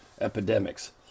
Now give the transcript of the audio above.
epidemics